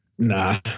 Nah